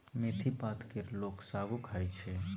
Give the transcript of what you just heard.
मेथी पात केर लोक सागो खाइ छै